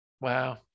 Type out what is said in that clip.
Wow